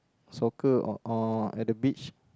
soccer or or at the beach